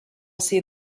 see